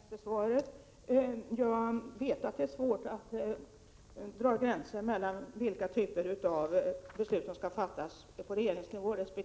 Herr talman! Jag vill tacka för det senaste svaret. Jag vet att det är svårt att dra gränser mellan vilka typer av beslut som skall fattas på regeringsnivå resp.